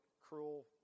cruel